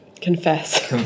confess